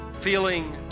feeling